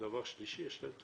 ודבר שלישי, יש להם תעסוקה,